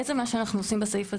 בעצם מה שאנחנו עושים בסעיף הזה,